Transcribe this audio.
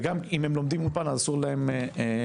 וגם אם הם לומדים אולפן אז אסור להם לעבוד.